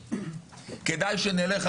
שבעצם אנחנו נדון,